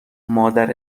مادر